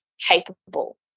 capable